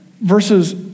versus